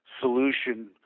solution